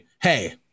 Hey